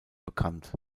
bekannt